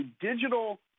digital